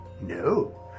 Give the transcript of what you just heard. No